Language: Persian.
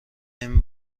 این